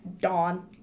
Dawn